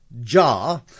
jar